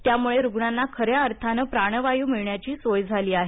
त्यामुळे रुग्णांना खऱ्या अर्थानं प्राणवायू मिळण्याची सोय झाली आहे